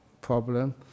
problem